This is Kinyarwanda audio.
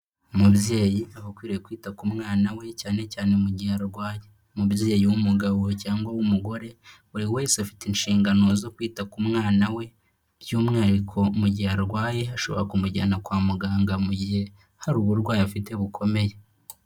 Umubyeyi aba akwiriye kwita ku mwana we cyane cyane mu gihe arwaye. Umubyeyi w'umugabo cyangwa w'umugore, buri wese afite inshingano zo kwita ku mwana we by'umwihariko mu gihe arwaye, ashobora kumujyana kwa muganga mu gihe hari uburwayi afite bukomeye.